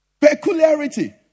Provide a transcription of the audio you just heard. Peculiarity